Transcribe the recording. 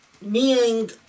meaning